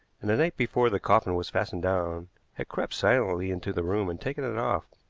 and the night before the coffin was fastened down had crept silently into the room and taken it off,